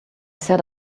said